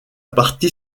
partie